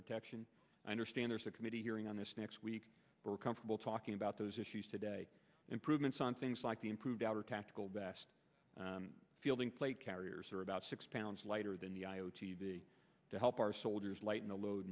protection i understand there's a committee hearing on this next week we're comfortable talking about those issues today improvements on things like the improved our tactical vest fielding plate carriers are about six pounds lighter than the io t to help our soldiers lighten the load